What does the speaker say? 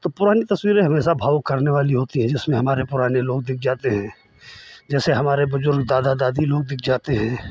तो पुरानी तस्वीरें हमेशा भावुक करने वाली होती हैं जिसमें हमारे पुराने लोग दिख जाते हैं जैसे हमारे बुज़ुर्ग दादा दादी लोग दिख जाते हैं